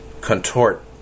contort